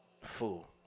Fool